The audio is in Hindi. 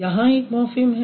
यहाँ एक मॉर्फ़िम है